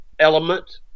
element